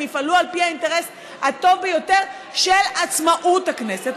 יפעלו על פי האינטרס הטוב ביותר של עצמאות הכנסת,